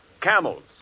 camels